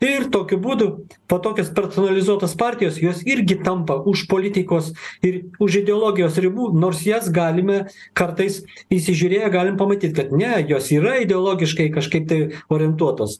ir tokiu būdu va tokios personalizuotos partijos jos irgi tampa už politikos ir už ideologijos ribų nors jas galime kartais įsižiūrėję galim pamatyt kad ne jos yra ideologiškai kažkaip tai orientuotos